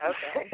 Okay